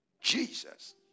Jesus